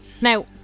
Now